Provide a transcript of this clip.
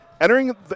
Entering